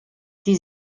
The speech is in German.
die